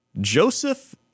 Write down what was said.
Joseph